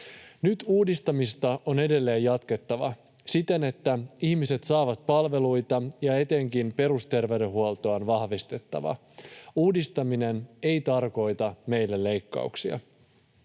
Nyt uudistamista on edelleen jatkettava siten, että ihmiset saavat palveluita ja etenkin perusterveydenhuoltoa on vahvistettava. Uudistaminen ei tarkoita meille leikkauksia.